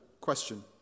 question